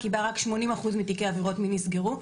כי בה רק 80 אחוז מתיקי עבירות מין נסגרו,